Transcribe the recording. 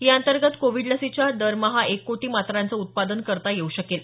याअंतर्गत कोविड लसीच्या दरमहा एक कोटी मात्रांचं उत्पादन करता येऊ शकेल